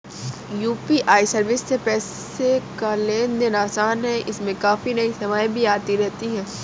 UPI service से पैसे का लेन देन आसान है इसमें काफी नई सेवाएं भी आती रहती हैं